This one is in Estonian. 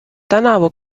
tänavu